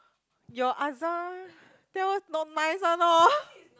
your tell us not nice one lor